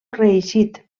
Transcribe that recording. reeixit